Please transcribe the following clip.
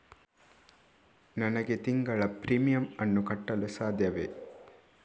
ನನಗೆ ತಿಂಗಳ ಪ್ರೀಮಿಯಮ್ ಅನ್ನು ಕಟ್ಟಲು ಸಾಧ್ಯವೇ?